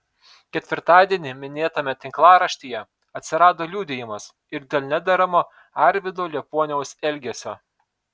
ketvirtadienį minėtame tinklaraštyje atsirado liudijimas ir dėl nederamo arvydo liepuoniaus elgesio